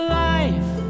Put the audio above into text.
life